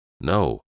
No